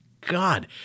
God